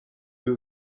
deux